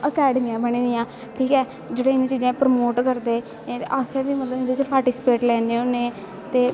कैडमियां बनी दियां नैं ठीक ऐ जेह्ड़े इनैं चीजें गी प्रमोट करदे अस बी मतलव इंदे च पार्टिसिपेट लैन्ने होनें ते